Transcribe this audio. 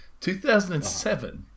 2007